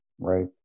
Right